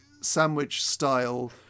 sandwich-style